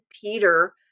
Peter